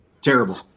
Terrible